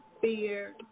fear